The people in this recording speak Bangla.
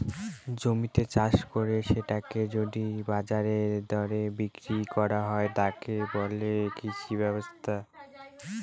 জমিতে চাষ করে সেটাকে যদি বাজারের দরে বিক্রি করা হয়, তাকে বলে কৃষি ব্যবসা